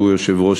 שהוא יושב-ראש